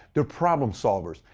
they're problem solvers.